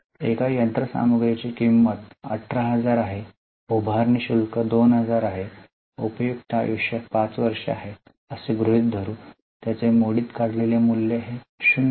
एका यंत्रसामग्रीची किंमत 18000 आहे उभारणी शुल्क 2000 आहे उपयुक्त आयुष्य 5 वर्षे आहे असे गृहित धरू भंगार मूल्य 0 आहे